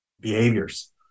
behaviors